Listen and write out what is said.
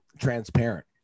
transparent